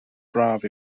braf